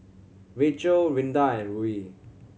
Rachel Rinda and Ruie